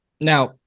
Now